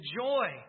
joy